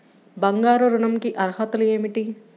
బంగారు ఋణం కి అర్హతలు ఏమిటీ?